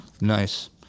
Nice